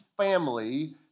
family